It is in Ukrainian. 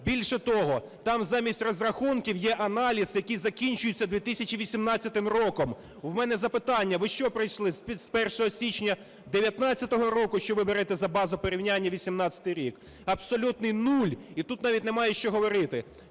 Більше того, там замість розрахунків є аналіз, який закінчується 2018 роком. У мене запитання: ви що, прийшли з 1 січня 19-го року, що ви берете за базу порівняння 18-й рік? Абсолютний нуль, і тут навіть немає, що говорити.